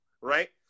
right